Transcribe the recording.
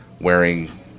wearing